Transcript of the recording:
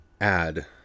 add